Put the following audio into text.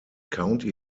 county